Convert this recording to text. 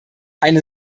eine